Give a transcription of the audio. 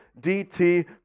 DT